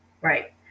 Right